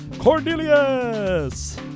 Cornelius